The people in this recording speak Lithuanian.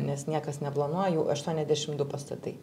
nes niekas neplanuoja jų aštuoniasdešim du pastatai